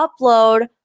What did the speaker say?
upload